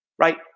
right